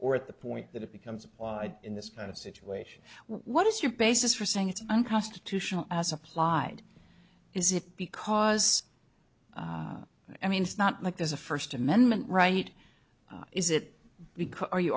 or at the point that it becomes applied in this kind of situation what is your basis for saying it's unconstitutional as applied is it because i mean it's not like there's a first amendment right is it